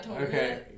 Okay